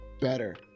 better